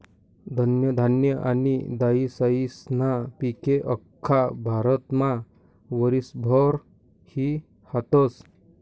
धनधान्य आनी दायीसायीस्ना पिके आख्खा भारतमा वरीसभर ई हातस